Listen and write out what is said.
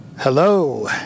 Hello